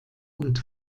und